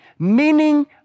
meaning